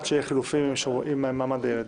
עד שיהיו חילופים עם הוועדה למעמד הילד.